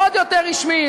לעוד יותר רשמי.